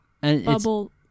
Bubble